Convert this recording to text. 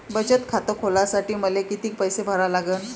बचत खात खोलासाठी मले किती पैसे भरा लागन?